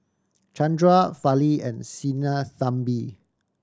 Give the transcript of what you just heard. Chandra Fali and Sinnathamby